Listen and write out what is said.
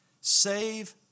Save